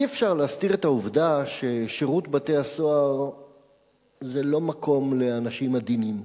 אי-אפשר להסתיר את העובדה ששירות בתי-הסוהר זה לא מקום לאנשים עדינים,